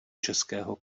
českého